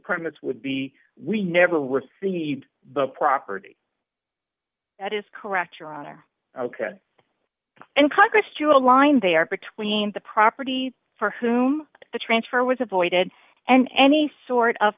permits would be we never received the property that is correct your honor ok and congress to a line there between the property for whom the transfer was avoided and any sort of